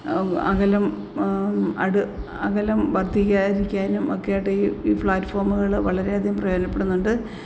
അകലം അകലം വർദ്ധിക്കാതിരിക്കാനും ഒക്കെയായിട്ട് ഈ പ്ലാറ്റ്ഫോമുകള് വളരെയധികം പ്രയോജനപ്പെടുന്നുണ്ട്